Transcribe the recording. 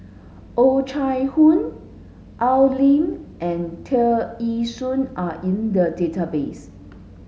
Oh Chai Hoo Al Lim and Tear Ee Soon are in the database